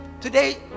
today